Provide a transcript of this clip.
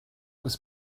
was